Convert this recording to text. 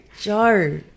Joe